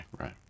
Right